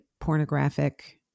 pornographic